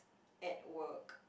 at work